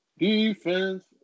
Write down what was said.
Defense